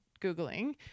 Googling